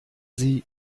sie